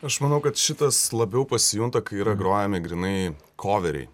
aš manau kad šitas labiau pasijunta kai yra grojami grynai koveriai